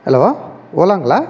hello ஓலாங்களா